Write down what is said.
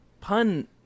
pun